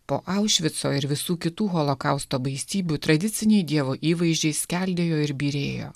po aušvico ir visų kitų holokausto baisybių tradiciniai dievo įvaizdžiai skeldėjo ir byrėjo